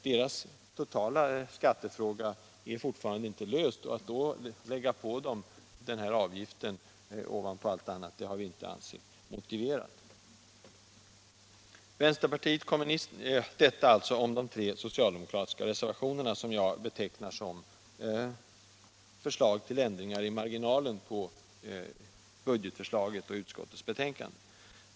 Deras totala skattefråga är fortfarande inte löst och att då lägga på dem den här avgiften ovanpå allt annat har vi inte ansett motiverat. Detta alltså om de tre socialdemokratiska reservationerna, som jag betecknar som förslag till ändringar i marginalen på utskottets betänkande.